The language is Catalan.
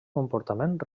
comportament